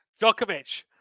Djokovic